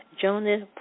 Jonas